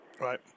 Right